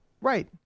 Right